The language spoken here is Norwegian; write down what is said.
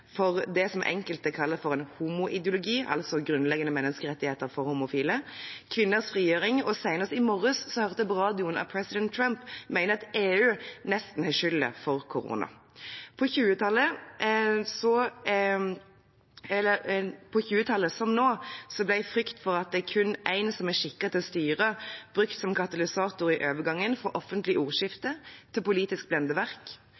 for det som enkelte kaller en homoideologi, altså grunnleggende menneskerettigheter for homofile, kvinners frigjøring, og senest i morges hørte jeg på radioen at president Trump mente at EU nesten har skylden for korona. På 1920-tallet, som nå, ble frykt for at det kun er én som er skikket til å styre, brukt som katalysator i overgangen fra offentlig